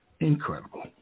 Incredible